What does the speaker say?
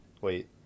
Wait